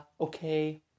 okay